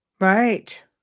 right